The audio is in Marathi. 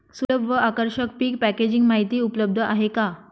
सुलभ व आकर्षक पीक पॅकेजिंग माहिती उपलब्ध आहे का?